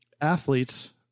athletes